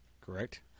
Correct